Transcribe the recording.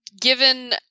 Given